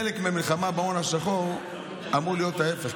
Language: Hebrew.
כחלק מהמלחמה בהון השחור זה אמור להיות ההפך,